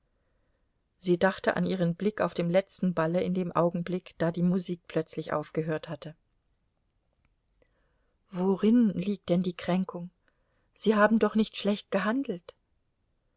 sie dachte an ihren blick auf dem letzten balle in dem augenblick da die musik plötzlich aufgehört hatte worin liegt denn die kränkung sie haben doch nicht schlecht gehandelt